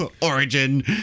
Origin